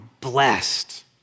blessed